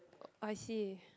I see